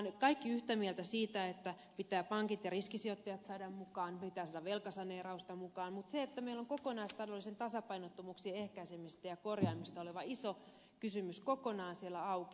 olemme kaikki yhtä mieltä siitä että pitää pankit ja riskisijoittajat saada mukaan pitää saada velkasaneerausta mukaan mutta meillä on kokonaistaloudellisen tasapainottomuuden ehkäisemisestä ja korjaamisesta oleva iso kysymys kokonaan auki